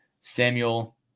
Samuel